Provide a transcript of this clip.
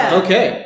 okay